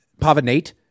Pavanate